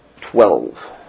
Twelve